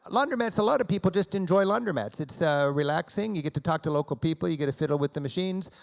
laundromats a lot of people just enjoy laundromats, it's relaxing, you get to talk to local people, you get a fiddle with the machines,